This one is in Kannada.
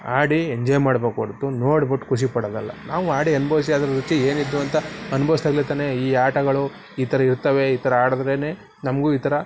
ಆಡಿ ಎಂಜಾಯ್ ಮಾಡ್ಬೇಕು ಹೊರ್ತು ನೋಡ್ಬಿಟ್ಟು ಖುಷಿಪಡೋದಲ್ಲ ನಾವು ಆಡಿ ಅನುಭವ್ಸಿ ಅದ್ರ ರುಚಿ ಏನಿತ್ತು ಅಂತ ಅನುಭವ್ಸ್ದಾಗ್ಲೇ ತಾನೇ ಈ ಆಟಗಳು ಈ ಥರ ಇರ್ತವೆ ಈ ಥರ ಆಡಿದ್ರೇನೇ ನಮಗೂ ಈ ಥರ